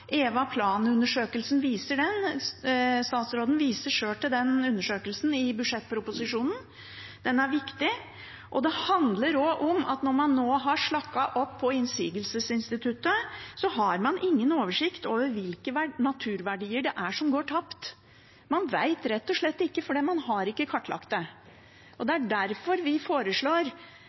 Statsråden viser sjøl til den undersøkelsen i budsjettproposisjonen. Den er viktig. Det handler også om at når man nå har slakket opp på innsigelsesinstituttet, har man ingen oversikt over hvilke naturverdier som går tapt. Man vet rett og slett ikke, for man har ikke kartlagt det. Det er derfor vi foreslår